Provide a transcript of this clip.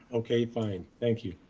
okay, fine. thank you.